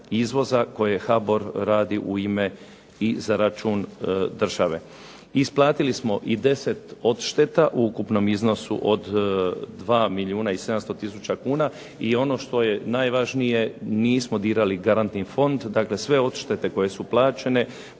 koje HBOR radi u ime i za račun države. Isplatili smo i 10 odšteta u ukupnom iznosu od 2 milijuna i 700 tisuća kuna. I ono što je najvažnije nismo dirali Garantni fond dakle sve odštete koje su plaćene,